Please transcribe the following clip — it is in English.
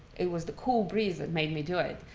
it was the cool breeze that made me do it.